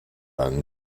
einen